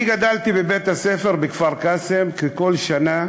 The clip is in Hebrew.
אני גדלתי בבית-הספר בכפר-קאסם, ובכל שנה